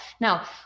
Now